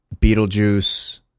Beetlejuice